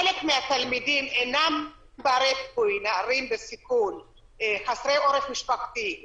חלק מהתלמידים שהם נערים בסיכון חסרי עורף משפחתי,